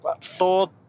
Thor